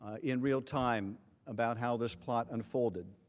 ah in real time about how this plot unfolded.